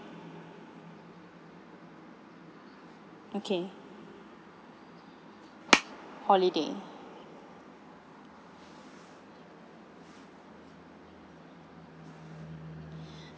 okay holiday